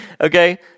Okay